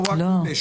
או רק לפשע?